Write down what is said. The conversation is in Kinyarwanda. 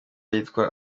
yitwa